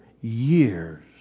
years